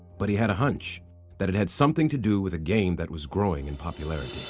but he had a hunch that it had something to do with a game that was growing in popularity.